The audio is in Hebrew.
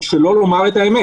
שלא לומר את האמת.